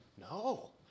No